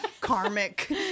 karmic